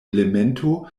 elemento